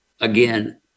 again